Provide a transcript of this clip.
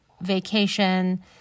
vacation